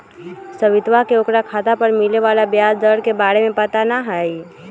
सवितवा के ओकरा खाता पर मिले वाला ब्याज दर के बारे में पता ना हई